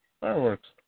Fireworks